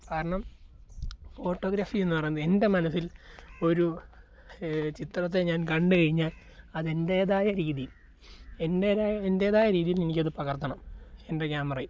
കാരണം ഫോട്ടോഗ്രാഫി എന്നു പറയുന്നത് എൻ്റെ മനസ്സിൽ ഒരു ചിത്രത്തെ ഞാൻ കണ്ടു കഴിഞ്ഞാൽ അത് എൻ്റേതായ രീതിയിൽ എൻ്റേതായ എൻ്റേതായ രീതിയിൽ എനിക്കത് പകർത്തണം എൻ്റെ ക്യാമറയിൽ